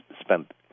spent